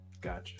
Gotcha